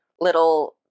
little